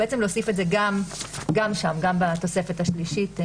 בעצם להוסיף את זה גם בתוספת השלישית.